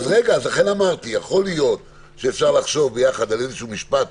לכן אמרתי שיכול להיות שאפשר לחשוב ביחד על איזשהו משפט